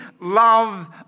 love